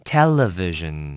Television 。